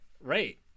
right